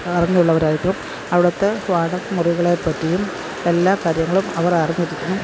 അറിവുള്ളവരായിരിക്കും അവിടുത്തെ വാടക മുറികളെ പറ്റിയും എല്ലാ കാര്യങ്ങളും അവര് അറിഞ്ഞിരിക്കണം